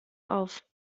auf